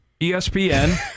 ESPN